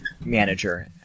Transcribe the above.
manager